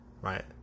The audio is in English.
right